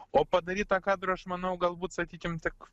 o padaryt tą kadrą aš manau galbūt sakykim tik